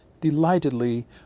delightedly